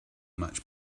much